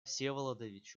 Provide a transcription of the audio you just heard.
всеволодович